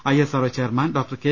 I S R O chairman doctor K